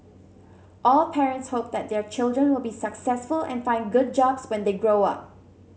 all parents hope that their children will be successful and find good jobs when they grow up